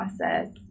process